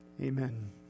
Amen